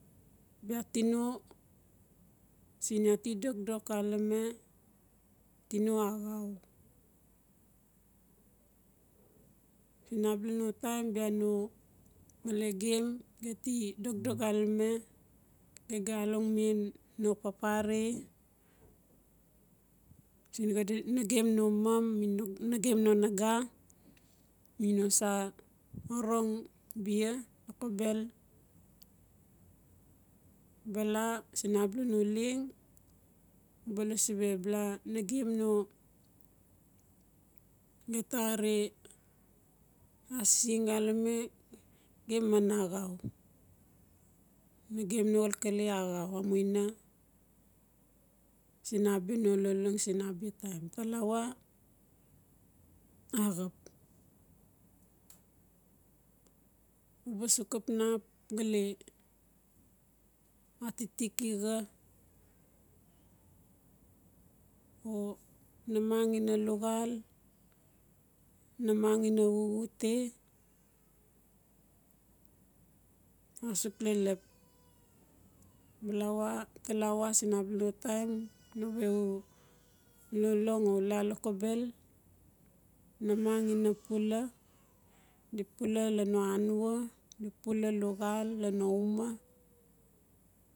Bia tino siin iaa ti dokdok xaleme, tino axau. Siin a bia no taim bia no mele gem, geti dokdok xaleme ge ga alongmen no papare siin ngam no mom, mi nagem no naga mi no sa orong bia lokobel ba la siin no leng u ba lasi bla nagem no geta are asising xaleme gem man axau. Nagem no xalkele a axau a muna siin a bia no lolong siin a bia taim. Talawa axap u ba suk ap nap atitiki xa or namang ina luxal-namang ina xuxute a suk lelep balawa, talawa siin a bia no taim newe u lolong o u la lokobel namang ina pula di pula lan no anua di pula luxal lan no uma.